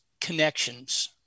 connections